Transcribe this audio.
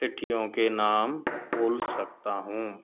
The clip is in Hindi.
सीटीयों के नाम बोल सकता हूँ